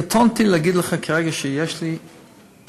קטונתי מלהגיד לך כרגע שיש לי,